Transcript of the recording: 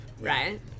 right